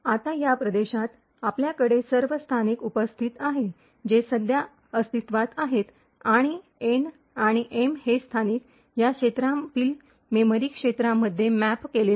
आता या प्रदेशात आपल्याकडे सर्व स्थानिक उपस्थित आहेत जे सध्या अस्तित्त्वात आहेत आणि एन आणि एम हे स्थानिक या क्षेत्रातील मेमरी क्षेत्रामध्ये मॅप केलेले आहेत